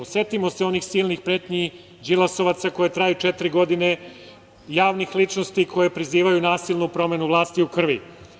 Setimo se onih silnih pretnji đilasovaca koje traju četiri godine, javnih ličnosti koje prizivaju nasilnu promenu vlasti u krvi.